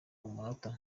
umunota